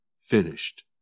finished